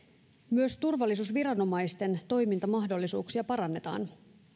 myös turvallisuusviranomaisten toimintamahdollisuuksia parannetaan